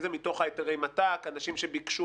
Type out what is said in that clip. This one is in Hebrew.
האם זה מתוך היתרי מת"ק או אנשים שביקשו